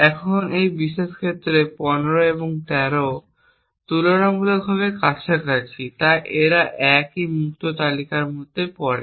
এখন এই বিশেষ ক্ষেত্রে 15 এবং 13 তুলনামূলকভাবে কাছাকাছি তাই তারা একই মুক্ত তালিকার মধ্যে পড়ে